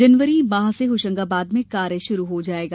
जनवरी माह से होशंगाबाद में कार्य शुरू हो जायेगा